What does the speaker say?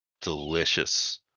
delicious